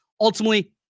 Ultimately